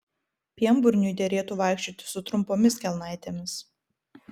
pienburniui derėtų vaikščioti su trumpomis kelnaitėmis